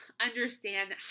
understand